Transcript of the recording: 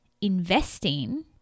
investing